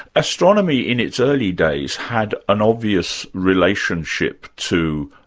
astronomy in its early days had an obvious relationship to,